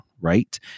right